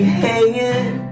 hanging